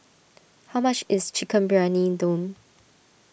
how much is Chicken Briyani Dum